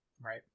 Right